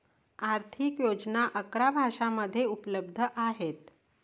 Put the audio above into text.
आर्थिक योजना अकरा भाषांमध्ये उपलब्ध आहेत